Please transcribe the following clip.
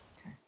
Okay